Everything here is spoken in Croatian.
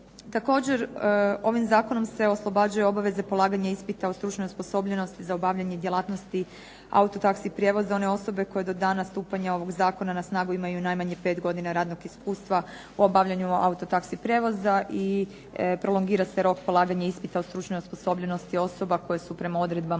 Također ovim zakonom se oslobađaju obaveze polaganja ispita o stručnoj osposobljenosti za obavljanje djelatnosti autotaksi prijevoza, one osobe koje do dana stupanja ovog zakona na snagu imaju najmanje pet godina radnog iskustva u obavljanju auto taxi prijevoza i prolongira se rok polaganja ispita o stručnoj osposobljenosti osoba koje su prema odredbama